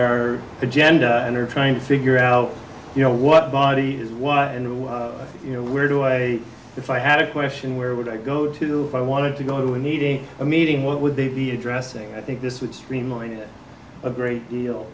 our gender and are trying to figure out you know what body is what and who you know where do i if i had a question where would i go to i wanted to go to needing a meeting what would they be addressing i think this would streamline it a great deal